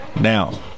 Now